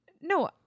No